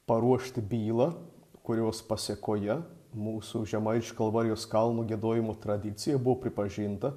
paruošti bylą kurios pasekoje mūsų žemaičių kalvarijos kalnų giedojimo tradicija buvo pripažinta